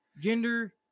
gender